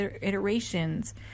iterations